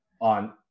on